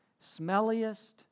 smelliest